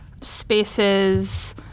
spaces